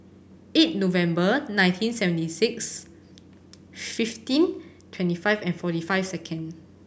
eight November nineteen seventy six fifteen twenty five and forty five second